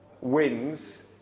Wins